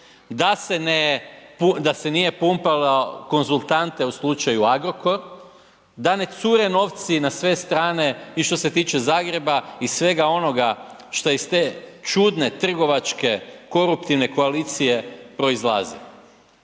da se nije pumpalo konzultante u slučaju Agrokor, da ne cure novci na sve strane i što se tiče Zagreba i svega onoga šta iz te čudne, koruptivne koalicije proizlazi,